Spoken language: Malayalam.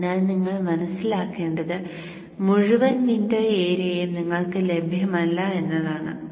അതിനാൽ നിങ്ങൾ മനസ്സിലാക്കേണ്ടത് മുഴുവൻ വിൻഡോ ഏരിയയും നിങ്ങൾക്ക് ലഭ്യമല്ല എന്നതാണ്